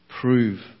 prove